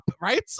right